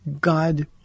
God